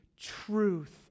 truth